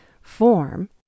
form